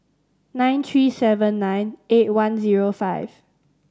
nine three seven nine eight one zero five